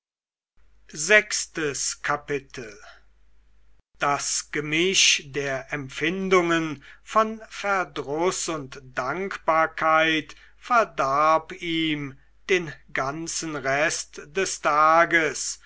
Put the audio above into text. sechstes kapitel das gemisch der empfindungen von verdruß und dankbarkeit verdarb ihm den ganzen rest des tages